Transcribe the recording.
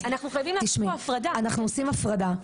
אנחנו עושים הפרדה,